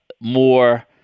more